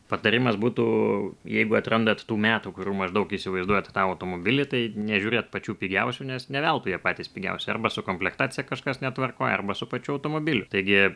patarimas būtų jeigu atrandat tų metų kurių maždaug įsivaizduojat tą automobilį tai nežiūrėt pačių pigiausių nes ne veltui jie patys pigiausi arba su komplektacija kažkas netvarkoj arba su pačiu automobiliu taigi